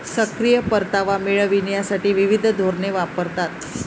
सक्रिय परतावा मिळविण्यासाठी विविध धोरणे वापरतात